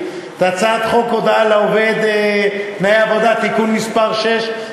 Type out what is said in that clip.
את הצעת חוק הודעה לעובד (תנאי עבודה) (תיקון מס' 6),